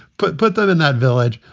put put them in that village,